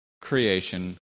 creation